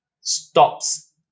stops